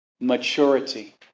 Maturity